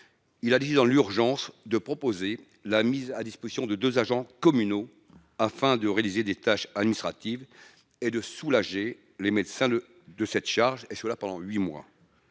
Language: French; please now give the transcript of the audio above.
Il a dit dans l'urgence de proposer la mise à disposition de deux agents communaux afin de réaliser des tâches administratives et de soulager les médecins le de cette charge et cela pendant 8 mois.